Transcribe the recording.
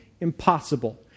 impossible